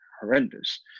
horrendous